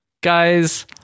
Guys